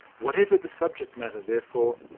whatever the subject matter, therefore,